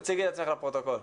תציגי את עצמך לפרוטוקול.